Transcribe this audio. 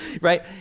right